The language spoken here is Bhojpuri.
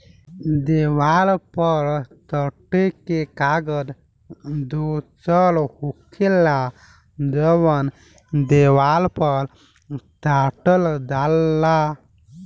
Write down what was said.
देवाल पर सटे के कागज दोसर होखेला जवन के देवाल पर साटल जाला